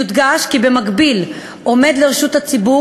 יודגש כי במקביל עומד לרשות הציבור